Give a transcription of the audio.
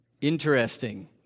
interesting